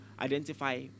identify